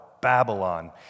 Babylon